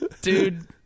dude